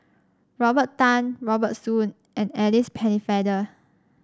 Robert Tan Robert Soon and Alice Pennefather